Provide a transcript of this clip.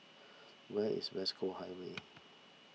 where is West Coast Highway